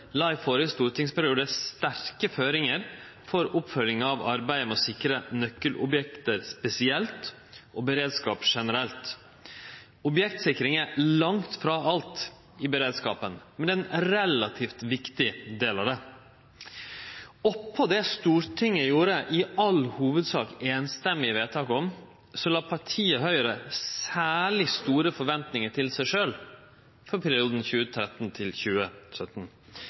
la i den førre stortingsperioden sterke føringar for oppfølginga av arbeidet med å sikre nøkkelobjekt spesielt og beredskap generelt. Objektsikring er langt frå alt i beredskapen, men det er ein relativt viktig del av han. Oppå det Stortinget i all hovudsak gjorde samrøystes vedtak om, la partiet Høgre særleg store forventingar på seg sjølv for perioden